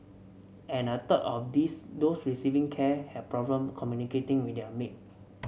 and a third of these receiving care had problem communicating with their maid